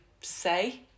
say